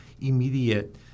immediate